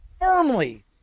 firmly